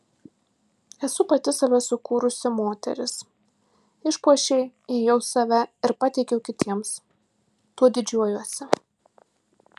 esu pati save sukūrusi moteris išpuošei ėjau save ir pateikiau kitiems tuo didžiuojuosi